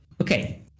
Okay